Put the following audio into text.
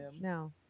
No